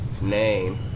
Name